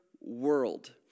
world